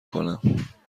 کنم